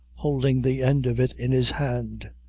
holding the end of it in his hand,